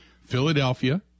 Philadelphia